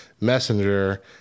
Messenger